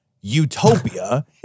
utopia